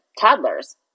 toddlers